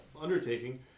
undertaking